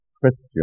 Christian